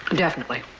definitely.